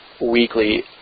weekly